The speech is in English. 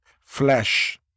flesh